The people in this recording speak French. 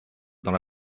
dans